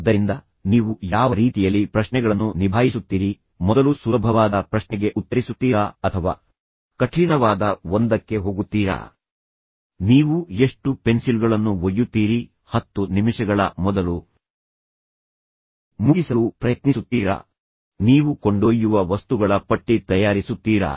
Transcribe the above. ಆದ್ದರಿಂದ ನೀವು ಯಾವ ರೀತಿಯಲ್ಲಿ ಪ್ರಶ್ನೆಗಳನ್ನು ನಿಭಾಯಿಸುತ್ತೀರಿ ಮೊದಲು ಸುಲಭವಾದ ಪ್ರಶ್ನೆಗೆ ಉತ್ತರಿಸುತ್ತೀರಾ ಅಥವಾ ಕಠಿಣವಾದ ಒಂದಕ್ಕೆ ಹೋಗುತ್ತೀರಾ ನೀವು ಎಷ್ಟು ಪೆನ್ಸಿಲ್ಗಳನ್ನು ಒಯ್ಯುತ್ತೀರಿ ಹತ್ತು ನಿಮಿಷಗಳ ಮೊದಲು ಮುಗಿಸಲು ಪ್ರಯತ್ನಿಸುತ್ತೀರಾ ನೀವು ಕೊಂಡೊಯ್ಯುವ ವಸ್ತುಗಳ ಪಟ್ಟಿ ತಯಾರಿಸುತ್ತೀರಾ